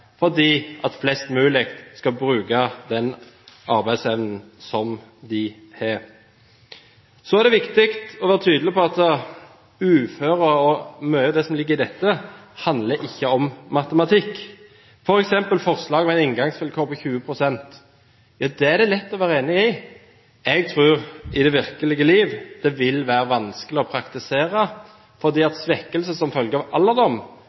fordi flest mulig skal bruke den arbeidsevnen som de har. Så er det viktig å være tydelig på at uføre og mye av det som ligger i dette, ikke handler om matematikk, f.eks. forslaget om inngangsvilkår på 20 pst. Det er det lett å være enig i. Jeg tror at det i det virkelige liv vil være vanskelig å praktisere, fordi svekkelse som følge av